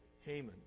Haman